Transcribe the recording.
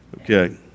Okay